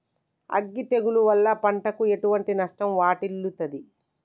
అగ్గి తెగులు వల్ల పంటకు ఎటువంటి నష్టం వాటిల్లుతది?